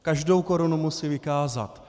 Každou korunu musí vykázat.